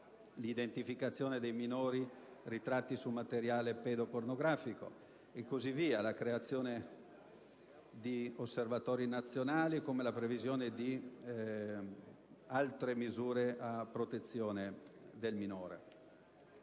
l'identificazione dei minori ritratti su materiale pedopornografico; la creazione di osservatori nazionali; la previsione di altre misure a protezione del minore.